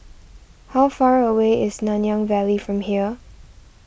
how far away is Nanyang Valley from here